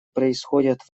происходят